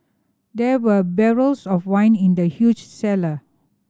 there were barrels of wine in the huge cellar